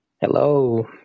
Hello